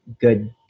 good